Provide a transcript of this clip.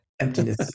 emptiness